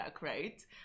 right